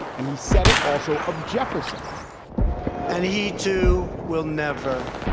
and he said it also of jefferson and he, too, will never,